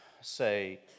say